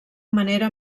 manera